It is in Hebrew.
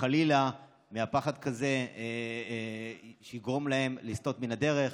שחלילה פחד כזה יגרום להם לסטות מהדרך,